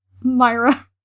Myra